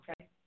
Okay